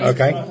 Okay